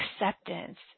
acceptance